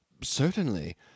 Certainly